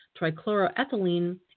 trichloroethylene